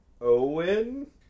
Owen